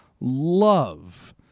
love